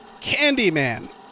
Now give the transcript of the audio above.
Candyman